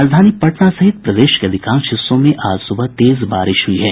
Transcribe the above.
राजधानी पटना सहित प्रदेश के अधिकांश हिस्सों में आज सुबह तेज बारिश हई है